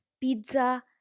pizza